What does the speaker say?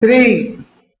three